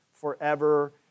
forever